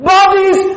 Bodies